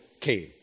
came